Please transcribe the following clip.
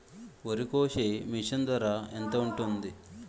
వరి కోసే మిషన్ ధర ఎంత ఉంటుంది?